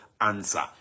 answer